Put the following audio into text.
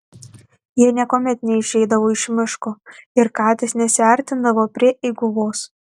jie niekuomet neišeidavo iš miško ir katės nesiartindavo prie eiguvos